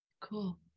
Cool